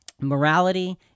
morality